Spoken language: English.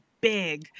big